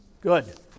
Good